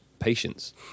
patience